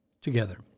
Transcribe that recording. Together